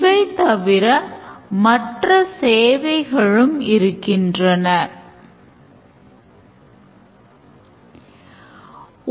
நமக்கு அதிகமான use caseகள் இருக்கும் சூழ்நிலை இருக்கும்போது நாம் பேக்கேஜிங் பயன்படுத்த வேண்டும்